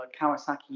Kawasaki